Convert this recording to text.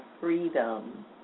freedom